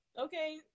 okay